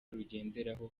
rugenderaho